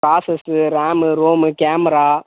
process ram rom camera